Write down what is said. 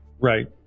Right